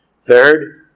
Third